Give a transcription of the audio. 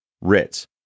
Ritz